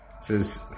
Says